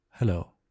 Hello